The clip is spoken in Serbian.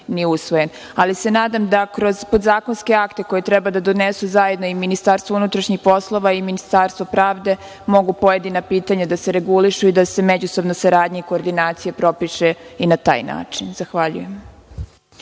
se da kroz podzakonske akte, koje treba da donesu zajedno i MUP i Ministarstvo pravde, mogu pojedina pitanja da se regulišu i da se međusobna saradnja i koordinacija propiše i na taj način. Zahvaljujem.